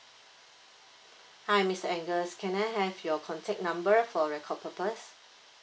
hi mister angles can I have your contact number for record purpose